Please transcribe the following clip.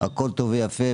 הכול טוב ויפה.